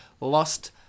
lost